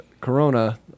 Corona